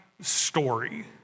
story